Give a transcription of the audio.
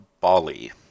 Bali